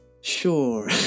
sure